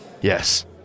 Yes